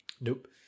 Nope